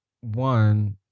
one